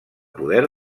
poder